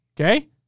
Okay